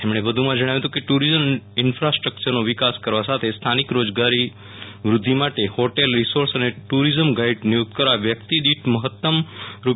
તેમણે વધુ માં જણાવ્યુ હતું કે ટુરિસ્ટ ઇન્ફાસ્ટ્રકચરનો વિકાસ કરવા સાથે સ્થાનિક રોજગાર વૃદ્ધિ માટે હોટેલરિસોર્ટસને ટુરિઝમ ગાઇડ નિયુકત કરવા વ્યક્તિ દિઠ મહત્તમ રૂ